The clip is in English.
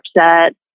upset